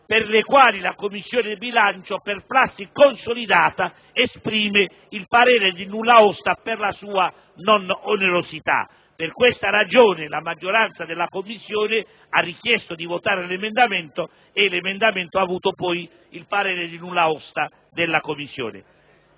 sui quali la Commissione bilancio, per prassi consolidata, esprime il parere di nulla osta per la loro non onerosità. Per questa ragione la maggioranza della Commissione ha richiesto di votare l'emendamento il quale ha ricevuto poi il parere di nulla osta della Commissione